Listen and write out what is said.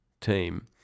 team